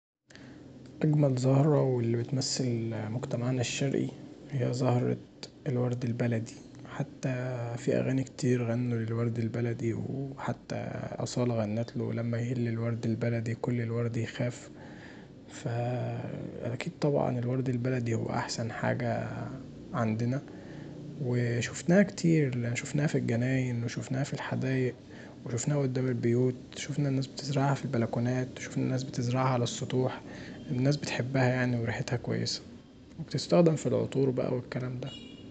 أجمل زهره واللي بتمثل مجتمعنا الشرقي هي زهرة الورد البلدي، حتي فيه اغاني كتير غنوا للورد البلدي وحتي أصاله غنتله لما يهل الورد البلدي كل الورد يخاف فأكيد طبعا الورد البلدي هو احسن حاجه عندنا وشوفناها كتير، شوفناها في الجنانين، وشوفناها في الحدايق وشوفناها قدام البيوت وشوفنا الناس بتزرعها في البلكونات وشوفنا الناس بتزرعها علي السطوح الناس بتحبها يعني وريحتها كويسه، وبتستخدم في العطور والكلام دا.